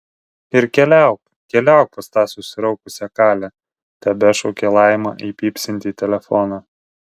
ir keliauk keliauk pas tą susiraukusią kalę tebešaukė laima į pypsintį telefoną